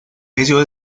ello